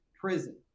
prison